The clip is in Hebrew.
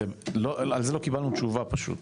על זה לא קיבלנו תשובה פשוט.